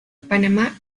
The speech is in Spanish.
panamá